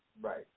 Right